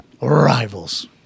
Rivals